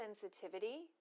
sensitivity